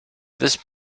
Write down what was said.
this